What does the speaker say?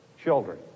children